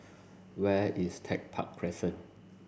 where is Tech Park Crescent